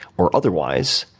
or otherwise.